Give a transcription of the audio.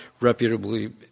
reputably